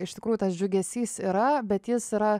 iš tikrųjų tas džiugesys yra bet jis yra